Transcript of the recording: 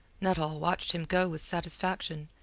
nuttall watched him go with satisfaction,